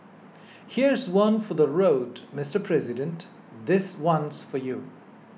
here's one for the road Mister President this one's for you